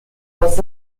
was